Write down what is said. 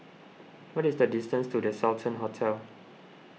what is the distance to the Sultan Hotel